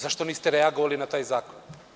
Zašto niste reagovali na taj zakon?